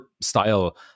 style